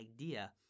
idea